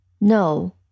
No